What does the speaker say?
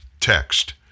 text